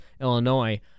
Illinois